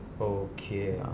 Okay